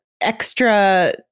extra